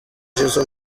jizzo